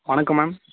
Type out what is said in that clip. வணக்கம் மேம்